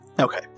Okay